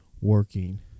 working